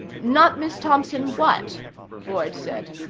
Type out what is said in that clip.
not miss thompson what boyd said.